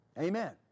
Amen